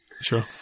Sure